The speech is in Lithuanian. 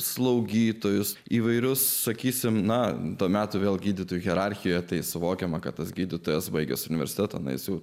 slaugytojus įvairius sakysime na to meto vėl gydytojų hierarchiją tai suvokiama kad tas gydytojas baigęs universitetą naisių